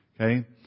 Okay